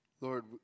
Lord